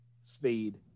Speed